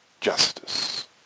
justice